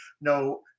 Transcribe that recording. no